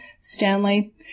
Stanley